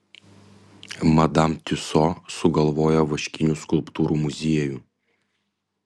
madam tiuso sugalvojo vaškinių skulptūrų muziejų